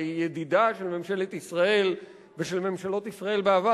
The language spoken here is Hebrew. שהיא ידידה של ממשלת ישראל ושל ממשלות ישראל בעבר,